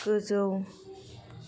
गोजौ